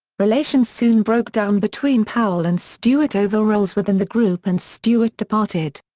relations soon broke down between powell and stewart over roles within the group and stewart departed.